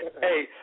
Hey